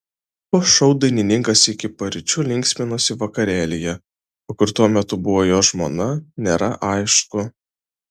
po šou dainininkas iki paryčių linksminosi vakarėlyje o kur tuo metu buvo jo žmona nėra aišku